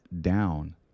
down